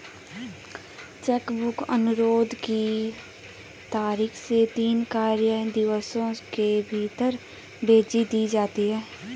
check book अनुरोध की तारीख से तीन कार्य दिवसों के भीतर भेज दी जाती है